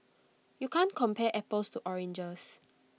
you can't compare apples to oranges